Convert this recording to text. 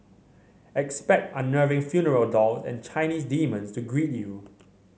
expect unnerving funeral doll and Chinese demons to greet you